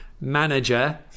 Manager